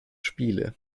spiele